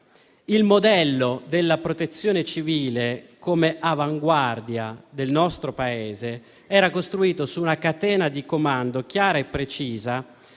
il modello della Protezione civile come avanguardia del nostro Paese era costruito su una catena di comando chiara e precisa,